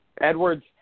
Edwards